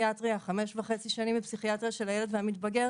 וחמש שנים וחצי בפסיכיאטריה של הילד והמתבגר,